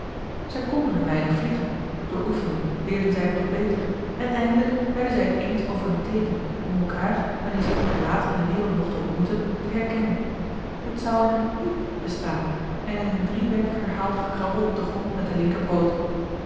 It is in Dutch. zij konden een weinig vliegen door oefening leerden zij het nog beter en eindelijk werden zij het eens over een teeken om elkaar wanneer zij elkaar later in de wereld mochten ontmoeten te herkennen het zou in een piep bestaan en in een driewerf herhaald gekrabbel op den grond met den